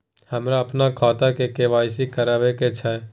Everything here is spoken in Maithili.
हमरा अपन खाता के के.वाई.सी करबैक छै